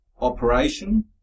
operation